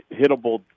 hittable